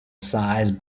size